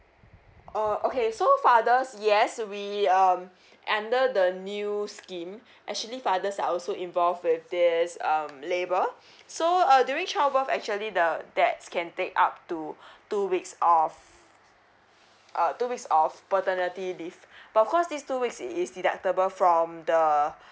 oh okay so father yes we um under the new scheme actually fathers are also involved with this um labor so uh during child birth actually the dads can take up to two weeks of uh two weeks of paternity leave but of course this two weeks it is deductible from the